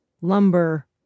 lumber